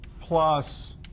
plus